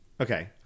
Okay